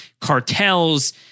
cartels